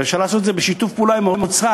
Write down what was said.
ואפשר לעשות את זה בשיתוף פעולה עם האוצר